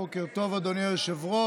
בוקר טוב, אדוני היושב-ראש.